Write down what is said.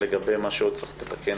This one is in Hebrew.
לגבי מה שעוד צריך לתקן